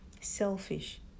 selfish